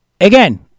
Again